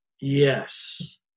yes